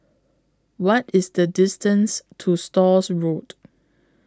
What IS The distance to Stores Road